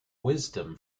wisdom